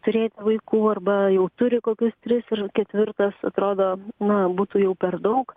turėti vaikų arba jau turi kokius tris ir ketvirtas atrodo na būtų jau per daug